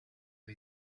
and